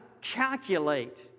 calculate